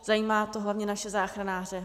Zajímá to hlavně naše záchranáře.